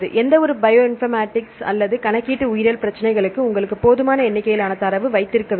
எந்தவொரு bioinformatics அல்லது கணக்கீட்டு உயிரியல் பிரச்சனைகளுக்கும் உங்களுக்கு போதுமான எண்ணிக்கையிலான தரவு வைத்திருக்க வேண்டும்